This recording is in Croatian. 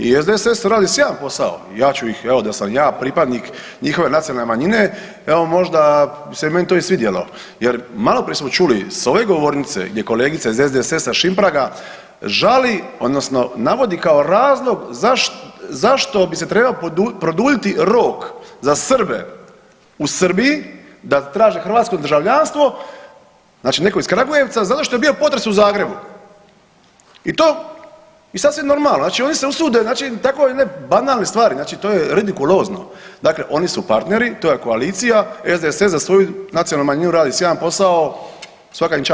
I SDSS radi sjajan posao, ja ću ih, evo da sam ja pripadnik njihove nacionalne manjine evo možda bi se meni to i svidjelo jer maloprije smo čuli s ove govornice gdje je kolegica iz SDSS-a Šimpraga žali odnosno navodi kao razlog zašto bi se trebao produljiti rok za Srbe u Srbiji da traže hrvatsko državljanstvo, znači netko iz Kragujevca, zato što je bio potres u Zagreb i to i sasvim normalno znači oni se usude znači tako jedne banalne stvari, znači to je redikulozno, dakle oni su partneri, to je koalicija, SDSS za svoju nacionalnu manjinu radi sjajan posao, svaka im čast.